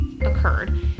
occurred